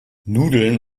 nudeln